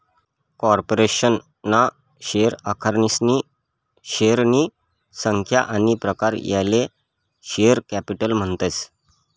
corporation ना share आखनारासनी शेअरनी संख्या आनी प्रकार याले शेअर कॅपिटल म्हणतस